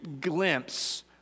glimpse